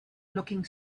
looking